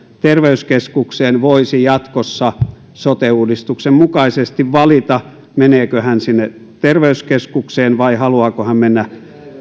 terveyskeskukseen voisi jatkossa sote uudistuksen mukaisesti valita meneekö hän sinne terveyskeskukseen vai haluaako hän mennä